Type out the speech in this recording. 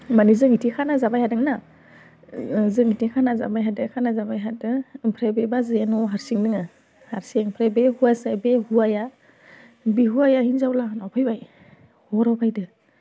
माने जों इथिं खाना जाबाय थादों ना जों बिथिं खाना जाबाय थादों खाना जाबाय थादों ओमफ्राय बे बाजैया न'आव हारसिं दङ हारसिं ओमफ्राय बे हौवासाया बे हौवाया बि हौवाया हिनजाव लाना फैबाय हराव फैदों